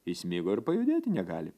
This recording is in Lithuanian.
įsmigo ir pajudėti negali